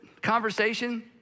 conversation